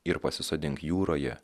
ir pasisodink jūroje